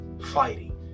fighting